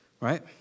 Right